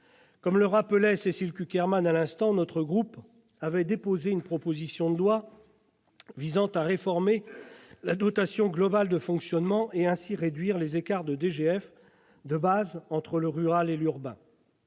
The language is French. Comme le rappelait Cécile Cukierman à l'instant, notre groupe avait déposé une proposition de loi visant à réformer la dotation globale de fonctionnement et ainsi réduire les écarts de DGF de base entre le rural et l'urbain.